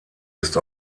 ist